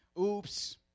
oops